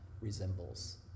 resembles